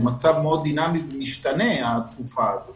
התקופה הזאת